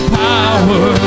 power